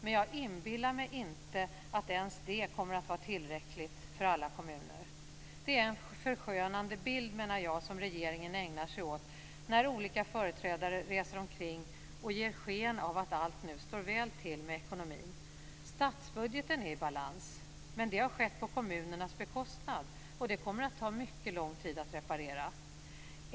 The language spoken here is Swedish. Men jag inbillar mig inte att ens det kommer att vara tillräckligt för alla kommuner. Jag menar att det är en förskönande bild som regeringen ägnar sig åt när olika företrädare reser omkring och ger sken av att allt nu står väl till med ekonomin. Statsbudgeten är i balans, men det har skett på kommunernas bekostnad, och det kommer att ta mycket lång tid att reparera.